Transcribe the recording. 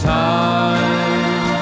time